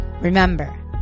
Remember